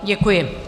Děkuji.